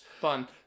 fun